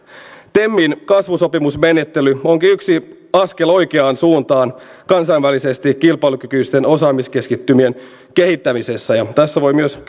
temin kasvusopimusmenettely onkin yksi askel oikeaan suuntaan kansainvälisesti kilpailukykyisten osaamiskeskittymien kehittämisessä ja tässä voi myös